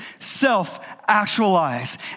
self-actualize